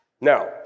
Now